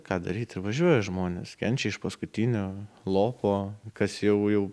ką daryti važiuoja žmonės kenčia iš paskutinių lopo kas jau jau